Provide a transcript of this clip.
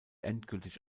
endgültig